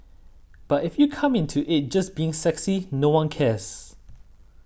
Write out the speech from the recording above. but if you come into it just being sexy no one cares